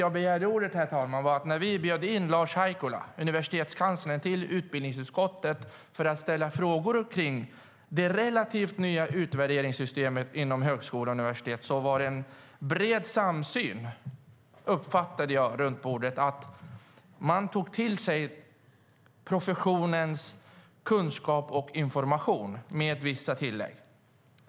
Jag begärde ordet därför att när vi bjöd in universitetskansler Lars Haikola till utbildningsutskottet för att få ställa frågor om det relativt nya utvärderingssystemet inom högskola och universitet uppfattade jag att det fanns en bred samsyn runt bordet. Man tog till sig professionens kunskap och information, med vissa tillägg.